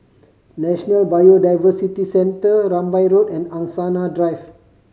National Biodiversity Centre Rambai Road and Angsana Drive